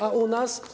A u nas?